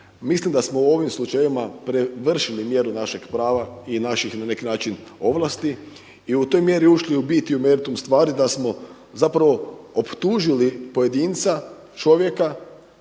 Mislim da smo u ovim slučajevima prevršili mjeru našeg prava i naših na neki način ovlasti i u toj mjeri ušli u bit i u meritum stvari da smo zapravo optužili pojedinca, čovjeka,